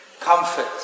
comfort